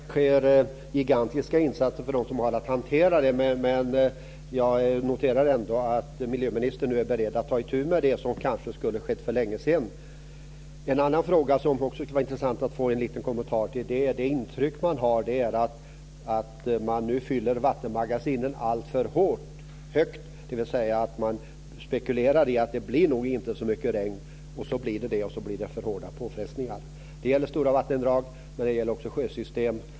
Fru talman! Jag instämmer i att det sker gigantiska insatser av dem som har att hantera det här, men jag noterar ändå att miljöministern nu är beredd att ta itu med det som kanske skulle ha skett för länge sedan. Sedan finns det en annan fråga som det också skulle vara intressant att få en liten kommentar till. Det intryck man har är att vattenmagasinen nu fylls på alltför högt, dvs. att man spekulerar i att det nog inte blir så mycket regn, och så blir det mycket regn, och då blir det för hårda påfrestningar. Det gäller stora vattendrag. Det gäller också sjösystem.